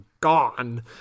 gone